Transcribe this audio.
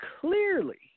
clearly